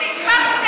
אני אשמח,